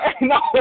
no